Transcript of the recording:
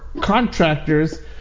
contractors